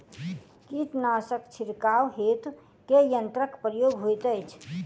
कीटनासक छिड़काव हेतु केँ यंत्रक प्रयोग होइत अछि?